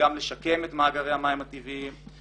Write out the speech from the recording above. וגם לשקם את מאגרי המים הטבעיים.